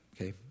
okay